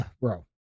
Bro